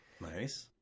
Nice